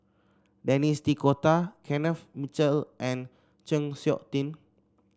Denis D'Cotta Kenneth Mitchell and Chng Seok Tin